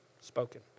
spoken